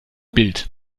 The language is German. bild